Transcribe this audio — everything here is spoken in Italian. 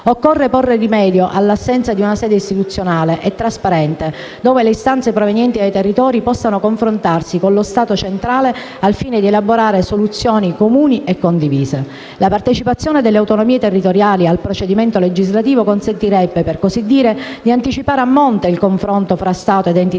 Occorre porre rimedio all'assenza di una sede istituzionale e trasparente dove le istanze provenienti dai territori possano confrontarsi con lo Stato centrale al fine di elaborare soluzioni comuni e condivise. La partecipazione delle autonomie territoriali al procedimento legislativo consentirebbe, per così dire, di anticipare a monte il confronto fra Stato ed enti